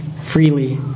freely